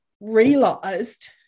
realised